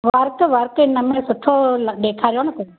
work work हिन में सुठो ल ॾेखारियो न कोई